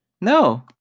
no